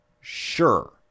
sure